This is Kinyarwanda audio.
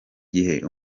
gihe